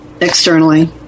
externally